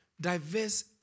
diverse